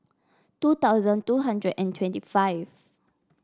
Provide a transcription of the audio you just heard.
two thousand two hundred and twenty five